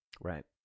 Right